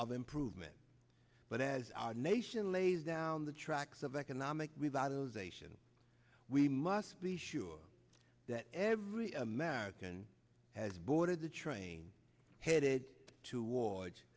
of improvement but as our nation lays down the tracks of economic revitalization we must be sure that every american has boarded the train headed towards